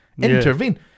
intervene